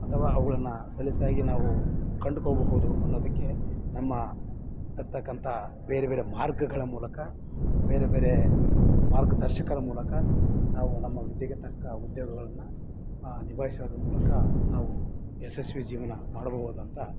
ಅಥವಾ ಅವುಗಳನ್ನ ಸಲೀಸಾಗಿ ನಾವು ಕಂಡ್ಕೊಬಹುದು ಅನ್ನೋದಕ್ಕೆ ನಮ್ಮ ಆಗ್ತಕ್ಕಂತ ಬೇರೆ ಬೇರೆ ಮಾರ್ಗಗಳ ಮೂಲಕ ಬೇರೆ ಬೇರೆ ಮಾರ್ಗದರ್ಶಕರ ಮೂಲಕ ನಾವು ನಮ್ಮ ವಿದ್ಯೆಗೆ ತಕ್ಕ ಉದ್ಯೋಗಗಳನ್ನು ನಿಭಾಯಿಸೋದ್ರ ಮೂಲಕ ನಾವು ಯಶಸ್ವಿ ಜೀವನ ಮಾಡ್ಬೌದಂತ